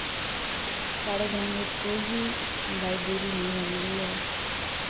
साढ़े ग्रांऽ बिच्च कोई बी लाईब्रेरी नेईं बनी दी ऐ